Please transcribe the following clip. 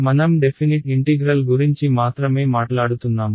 మనం definite integral గురించి మాత్రమే మాట్లాడుతున్నాము